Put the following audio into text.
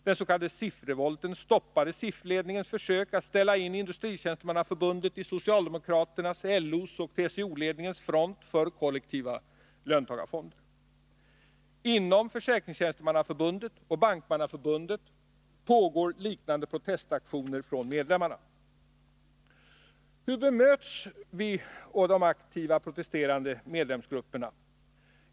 Den s.k. SIF-revolten stoppade SIF-ledningens försök att ställa in Industritjänstemannaförbundet i socialdemokraternas, LO:s och TCO-ledningens front för kollektiva löntagarfonder. Inom Försäkringstjänstemannaförbundet och Bankmannaförbundet pågår liknande protestaktioner från medlemmarna. Hur bemöts vi och de aktiva protesterande medlemsgrupperna?